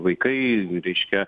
vaikai reiškia